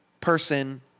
person